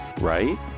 right